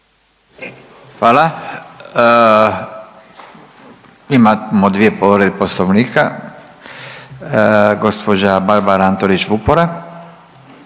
Hvala. Imamo dvoje povrede Poslovnika. Gđa. Barbara Antolić Vupora.